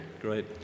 Great